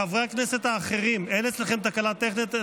חברי הכנסת האחרים, אין אצלכם תקלה טכנית.